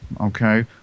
okay